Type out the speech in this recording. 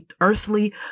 earthly